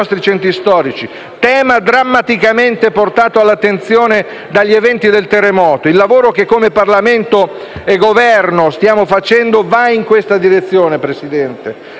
tema drammaticamente portato all'attenzione dagli eventi del terremoto. Il lavoro che, come Parlamento e Governo, stiamo facendo va in questa direzione, Signor Presidente: